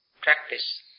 Practice